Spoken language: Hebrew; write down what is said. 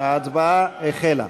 ההצבעה החלה.